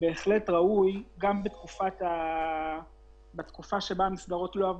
מענה ראוי בתקופה שבה המסגרות לא עבדו.